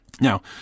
Now